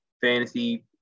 fantasy